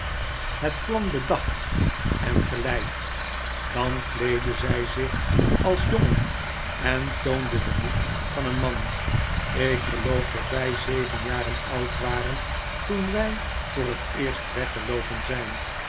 het plan bedacht en geleid dan kleedde zy zich als jongen en toonde den moed van een man ik geloof dat wy zeven jaren oud waren toen wy voor het eerst weggeloopen zyn